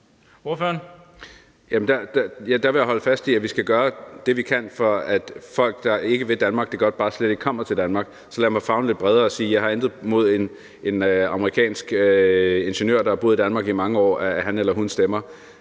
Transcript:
der vil jeg holde fast i, at vi skal gøre det, vi kan, for at folk, der ikke vil Danmark det godt, bare slet ikke kommer til Danmark. Så lad mig favne lidt bredere og sige: Jeg har intet imod, at en amerikansk ingeniør, der har boet i Danmark i mange år, stemmer.